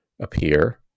appear